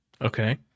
Okay